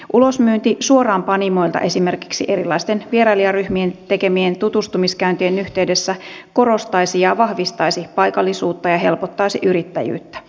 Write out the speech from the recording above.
ulosmyynti suoraan panimoilta esimerkiksi erilaisten vierailijaryhmien tekemien tutustumiskäyntien yhteydessä korostaisi ja vahvistaisi paikallisuutta ja helpottaisi yrittäjyyttä